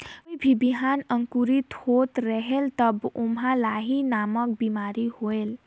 कोई भी बिहान अंकुरित होत रेहेल तब ओमा लाही नामक बिमारी होयल?